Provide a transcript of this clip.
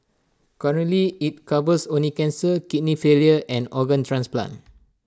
currently IT covers only cancer kidney failure and organ transplant